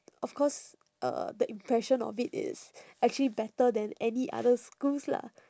of course uh the impression of it is actually better than any other schools lah